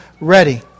ready